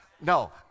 No